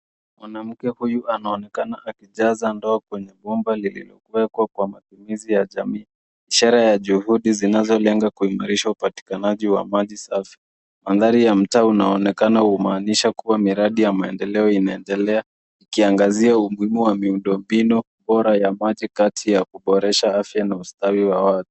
Mwanamke huyu anaonekana akijaza ndoo kwenye bomba lilikuwekwa kwa matumizi ya jamii ishara ya juhudi zinazo lenga kuimarisha upatikanaji wa maji safi. Mandhari ya mtaa unaonekana humaanisha kuwa miradi ya maendeleo inaendelea ikiangazia umuhimu wa miundo mbinu bora ya maji kati ya kuboresha afya na ustawi wa watu.